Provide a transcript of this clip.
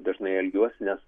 dažnai elgiuosi nes